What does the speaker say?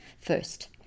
first